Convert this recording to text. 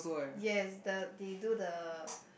yes the they do the